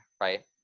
right